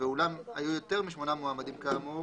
ואולם היו יותר משמונה מועמדים כאמור